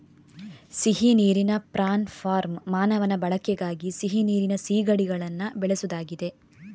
ಸಿಹಿ ನೀರಿನ prawn farm ಮಾನವನ ಬಳಕೆಗಾಗಿ ಸಿಹಿ ನೀರಿನ ಸೀಗಡಿಗಳನ್ನ ಬೆಳೆಸುದಾಗಿದೆ